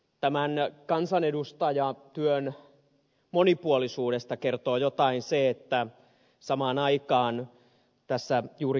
tämän kansanedustajatyön monipuolisuudesta kertoo jotain se että samaan aikaan tässä juuri keskusteluun osallistuneen ed